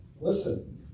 listen